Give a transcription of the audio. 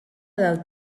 del